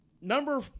Number